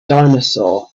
dinosaur